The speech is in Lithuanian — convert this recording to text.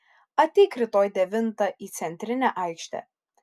ateik rytoj devintą į centrinę aikštę